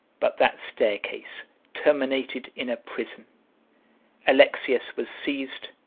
but that staircase terminated in a prison alexius was seized,